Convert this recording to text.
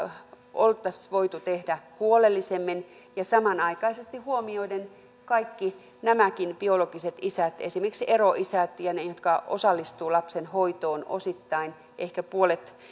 oltaisiin voitu tehdä huolellisemmin ja samanaikaisesti huomioiden kaikki nämäkin biologiset isät esimerkiksi eroisät ja ne jotka osallistuvat lapsenhoitoon osittain ehkä puolet